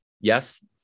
yes